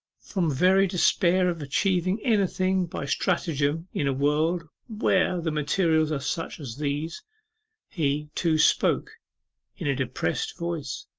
from very despair of achieving anything by stratagem in a world where the materials are such as these he, too, spoke in a depressed voice,